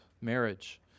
marriage